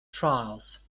trials